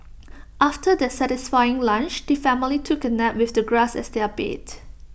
after their satisfying lunch the family took A nap with the grass as their bed